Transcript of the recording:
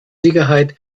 sicherheit